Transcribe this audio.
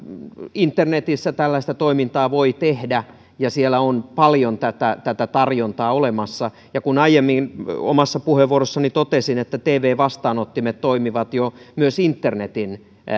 internetissä tällaista toimintaa voi tehdä ja siellä on paljon tätä tätä tarjontaa olemassa ja kun aiemmin omassa puheenvuorossani totesin että tv vastaanottimet toimivat jo myös internetin